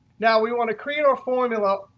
now, we want to create our formula.